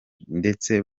ndetse